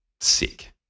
sick